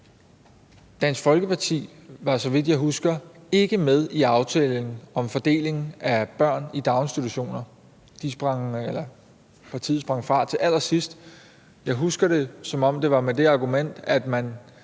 Dansk Folkeparti var, så vidt jeg husker, ikke med i aftalen om fordelingen af børn i daginstitutioner – man sprang fra til allersidst. Jeg husker det, som om det var med det argument, at man